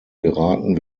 geraten